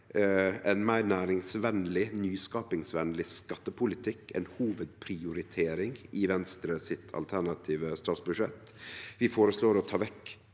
ein meir næringsvenleg og nyskapingsvenleg skattepolitikk ei hovudprioritering i Venstre sitt alternative statsbudsjett. Vi føreslår å ta vekk